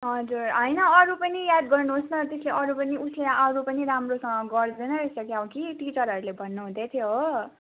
हजुर होइन अरू पनि याद गर्नुहोस् न त्यसले अरू पनि उसले अरू पनि राम्रोसँग गर्दैन रहेछ क्या हो कि टिचरहरूले भन्नुहुँदैथ्यो हो